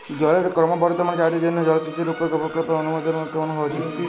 জলের ক্রমবর্ধমান চাহিদার জন্য জলসেচের উপর প্রকল্পের অনুমোদন কেমন হওয়া উচিৎ?